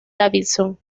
davidson